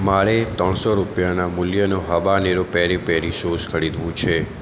મારે ત્રણસો રૂપિયાના મૂલ્યનું હબાનેરો પેરી પેરી સૉસ ખરીદવું છે